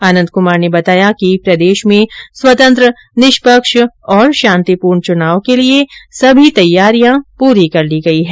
आनंद कुमार ने बताया कि प्रदेश में स्वतंत्र निष्पक्ष और शांतिपूर्ण चुनाव के लिए सभी तैयारियां पूरी कर ली गई है